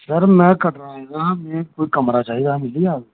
sir मै कटरा आए दा आं मै कोई कमरा चाहिदा मिली जाह्ग